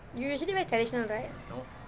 you usually wear traditional right